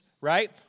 right